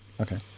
Okay